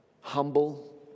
humble